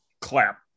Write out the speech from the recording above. clap